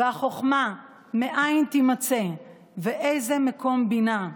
"והחכמה מאין תמצא ואי זה מקום בינה",